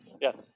Yes